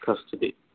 custody